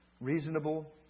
reasonable